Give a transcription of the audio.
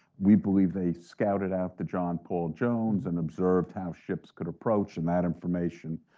we believe they scouted out the john paul jones, and observed how ships could approach, and that information,